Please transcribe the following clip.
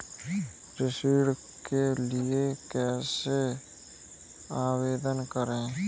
ऋण के लिए कैसे आवेदन करें?